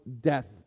death